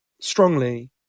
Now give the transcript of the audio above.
strongly